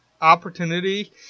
opportunity